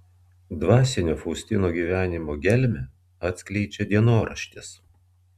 dvasinio faustinos gyvenimo gelmę atskleidžia dienoraštis